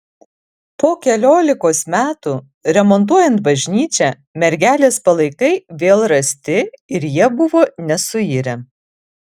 po keliolikos metų remontuojant bažnyčią mergelės palaikai vėl rasti ir jie buvo nesuirę